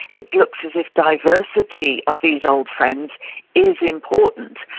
it looks as if diversity of these old friends is important,